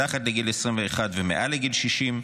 מתחת לגיל 21 ומעל לגיל 60,